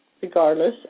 regardless